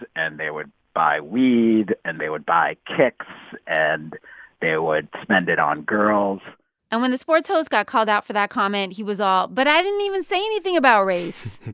and they would buy weed. and they would buy kicks. and they would spend it on girls and when the sports host got called out for that comment, he was all but i didn't even say anything about race.